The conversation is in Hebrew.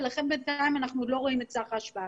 אנחנו עוד לא רואים את סך ההשפעה.